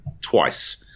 twice